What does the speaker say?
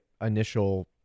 initial